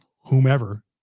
whomever